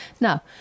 Now